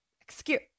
excuse